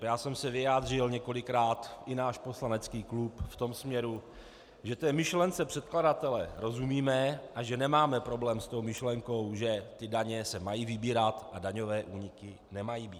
Já jsem se vyjádřil několikrát, i náš poslanecký klub, v tom směru, že myšlence předkladatele rozumíme a že nemáme problém s myšlenkou, že daně se mají vybírat a daňové úniky nemají být.